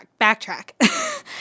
backtrack